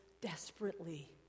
desperately